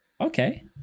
Okay